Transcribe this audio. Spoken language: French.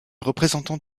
représentants